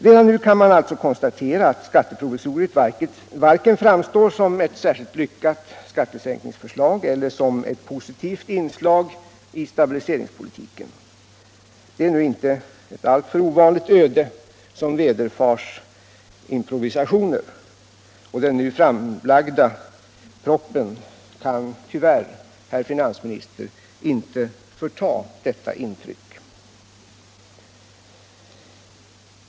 Redan nu kan man alltså konstatera att skatteprovisoriet varken är något särskilt lyckat skattesänkningsförslag eller något positivt inslag i stabiliseringspolitiken. Det är nu inte alltför ovanligt att det ödet vederfars improvisationer. Den nu framlagda propositionen kan tyvärr, herr finansminister, inte förta detta intryck.